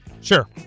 Sure